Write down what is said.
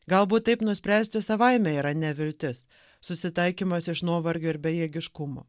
galbūt taip nuspręsti savaime yra neviltis susitaikymas iš nuovargio ir bejėgiškumo